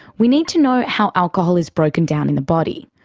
we need to know how alcohol is broken down in the body.